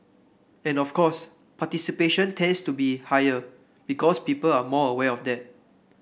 and of course participation tends to be higher because people are more aware of that